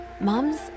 Mums